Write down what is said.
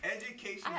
education